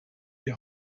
die